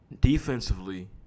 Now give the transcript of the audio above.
Defensively